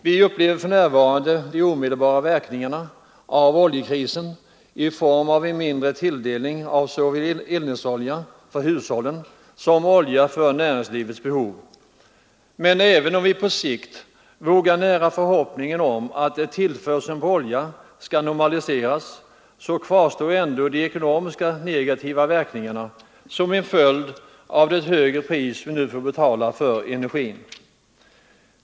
Vi upplever för närvarande de omedelbara verkningarna av oljekrisen i form av en mindre tilldelning av såväl eldningsolja för hushållen som olja för näringslivets behov. Men även om vi på sikt vågar nära förhoppningen om att tillförseln på olja skall normaliseras, kvarstår ändå de ekonomiska negativa verkningarna som en följd av det högre pris vi nu får betala för energin.